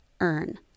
earn